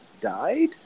died